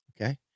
Okay